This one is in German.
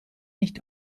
nicht